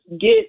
get